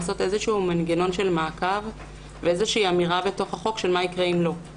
לעשות מנגנון של מעקב ואמירה בחוק מה יקרה אם לא.